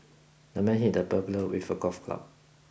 the man hit the burglar with a golf club